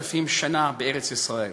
3,000 שנה בארץ-ישראל,